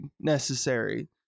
necessary